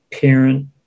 parent